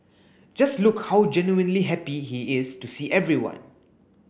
just look how genuinely happy he is to see everyone